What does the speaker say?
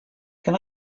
can